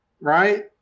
Right